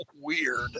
weird